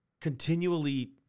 continually